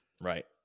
right